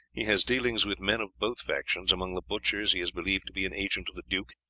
he has dealings with men of both factions. among the butchers he is believed to be an agent of the duke,